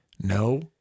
no